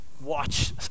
watch